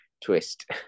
twist